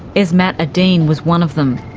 esmat adine was one of them.